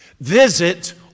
Visit